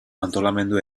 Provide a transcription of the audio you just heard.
antolamendu